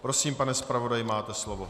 Prosím, pane zpravodaji, máte slovo.